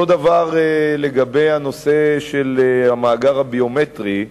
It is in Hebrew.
אותו דבר לגבי הנושא של המאגר הביומטרי,